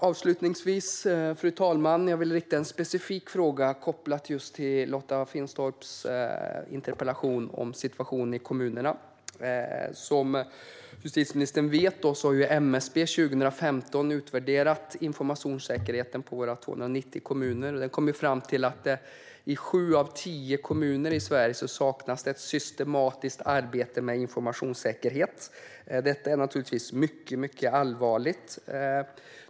Avslutningsvis vill jag rikta en specifik fråga kopplad just till Lotta Finstorps interpellation om situationen i kommunerna. Som justitieministern vet har MSB 2015 utvärderat informationssäkerheten i våra 290 kommuner. Man kom fram till att det i sju av tio kommuner i Sverige saknas ett systematiskt arbete med informationssäkerhet. Detta är naturligtvis mycket allvarligt.